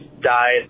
died